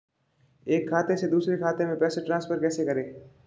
एक खाते से दूसरे खाते में पैसे कैसे ट्रांसफर करें?